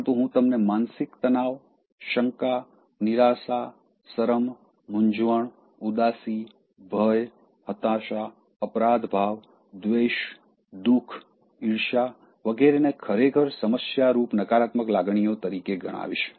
પરંતુ હું તમને માનસિક તણાવ શંકા નિરાશા શરમ મૂંઝવણ ઉદાસી ભય હતાશા અપરાધભાવ દ્વેષ દુખ ઈર્ષ્યા વગેરેને ખરેખર સમસ્યારૂપ નકારાત્મક લાગણીઓ તરીકે ગણાવીશ